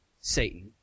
Satan